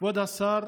כבוד השר,